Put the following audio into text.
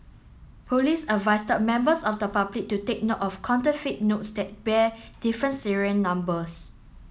police advise members of the public to take note of counterfeit notes that bear different serial numbers